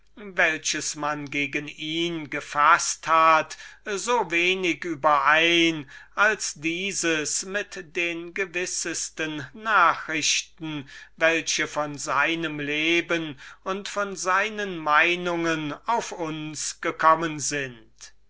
welches man gegen ihn gefaßt hat so wenig überein als dieses mit den gewissesten nachrichten welche von seinem leben und von seinen meinungen auf uns gekommen sind